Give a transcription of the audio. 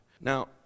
now